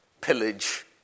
pillage